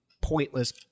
pointless